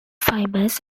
fibers